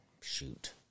Shoot